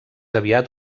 aviat